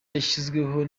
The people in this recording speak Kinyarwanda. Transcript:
yashyizweho